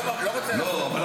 לא הפרעתי לך.